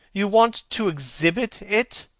you want to exhibit it?